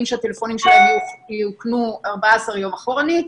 שטלפונים שלהם יאוכנו 14 יום אחורנית.